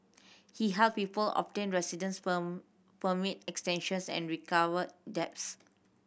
he helped people obtain residence permit extensions and recovered debts